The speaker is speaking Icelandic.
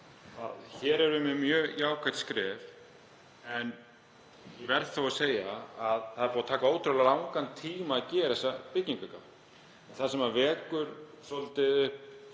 hér erum við með mjög jákvætt skref en verð þó að segja að það hefur tekið ótrúlega langan tíma að gera þessa byggingargátt. Það sem vekur samt upp